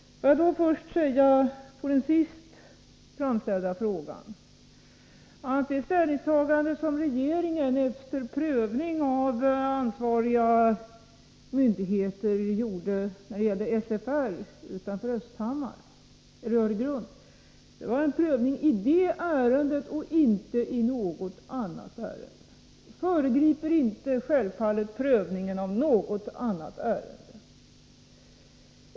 Låt mig först säga med anledning av den sist framställda frågan att det ställningstagande som regeringen efter prövning av ansvariga myndigheter gjorde när det gäller SFR utanför Öregrund var en prövning i det ärendet och inte i något annat ärende. Det föregriper självfallet inte prövningen av något annat ärende.